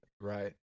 right